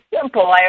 simple